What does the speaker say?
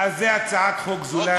אז זו הצעת חוק זולה.